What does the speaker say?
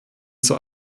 zur